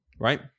right